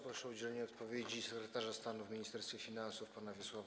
Proszę o udzielenie odpowiedzi sekretarza stanu w Ministerstwie Finansów pana Wiesława